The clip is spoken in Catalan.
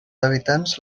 habitants